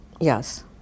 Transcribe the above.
Yes